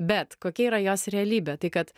bet kokia yra jos realybė tai kad